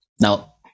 Now